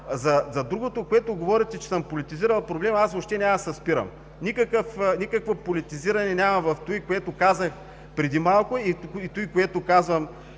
За другото, което казахте – че съм политизирал проблема, въобще няма да се спирам. Никакво политизиране няма в това, което казах преди малко и това, което казвам